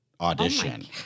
audition